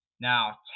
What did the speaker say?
Now